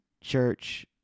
church